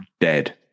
dead